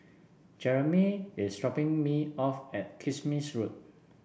Jeramy is dropping me off at Kismis Road